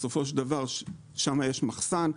בסופו של דבר שם יש מחסן.